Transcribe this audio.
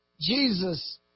Jesus